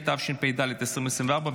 התשפ"ד 2024,